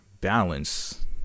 balance